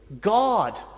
God